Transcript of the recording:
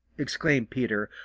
exclaimed peter,